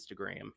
Instagram